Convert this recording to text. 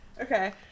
Okay